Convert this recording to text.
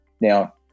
Now